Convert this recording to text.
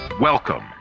Welcome